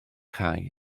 chau